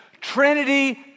Trinity